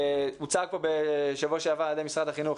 הוצף פה בשבוע שעבר על ידי משרד החינוך,